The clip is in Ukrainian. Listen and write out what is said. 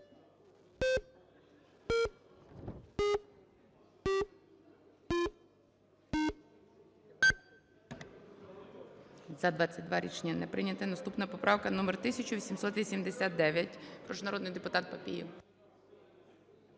За-22 Рішення не прийнято. Наступна поправка номер 1789. Прошу, народний депутат Папієв.